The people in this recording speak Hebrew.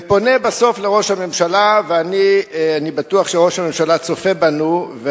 ופונה בסוף לראש הממשלה" ואני בטוח שראש הממשלה צופה בנו.